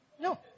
No